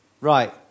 right